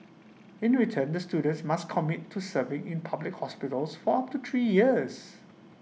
in return the students must commit to serving in public hospitals for up to three years